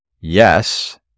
Yes